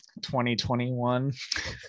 2021